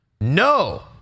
No